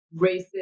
racist